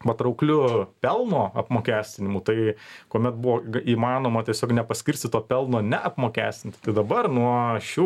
patraukliu pelno apmokestinimu tai kuomet buvo įmanoma tiesiog nepaskirstyto pelno neapmokestinti tai dabar nuo šių